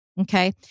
okay